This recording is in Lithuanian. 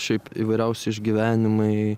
šiaip įvairiausi išgyvenimai